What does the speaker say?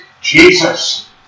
Jesus